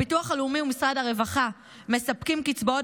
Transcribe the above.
הביטוח הלאומי ומשרד הרווחה מספקים קצבאות